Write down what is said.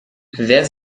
wer